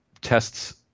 tests